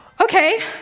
okay